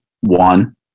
One